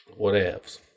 whatevs